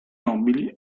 nobili